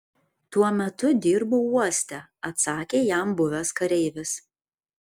tuo metu dirbau uoste atsakė jam buvęs kareivis